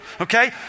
Okay